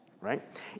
right